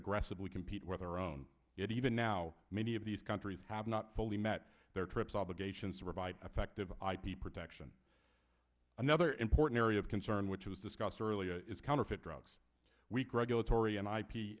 aggressively compete with our own it even now many of these countries have not fully met their trips obligations to provide effective ip protection another important area of concern which was discussed earlier is counterfeit drugs weak regulatory and i